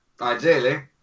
ideally